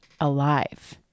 alive